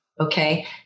Okay